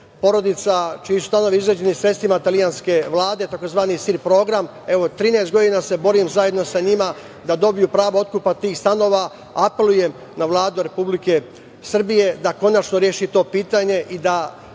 porodica čiji su stanovi izgrađeni sredstvima italijanske Vlade, tzv. … program. Evo, 13 godina se borim zajedno sa njima da dobiju pravo otkupa tih stanova. Apelujem na Vladu Republike Srbije da konačno reši to pitanje i da